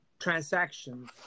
transactions